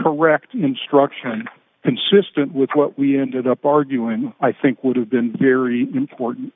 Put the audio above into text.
correct instruction consistent with what we ended up arguing i think would have been very important